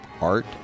art